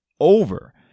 over